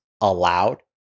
allowed